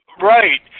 Right